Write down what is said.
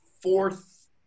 fourth